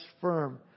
firm